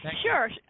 Sure